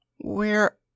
Where